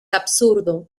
absurdo